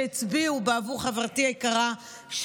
שהצביעו בעבור חברתי היקרה,